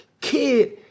kid